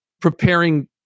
preparing